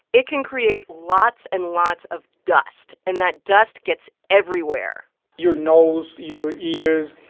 it can create lots and lots of dust. and that dust gets everywhere your nose, your ears,